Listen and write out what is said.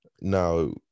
now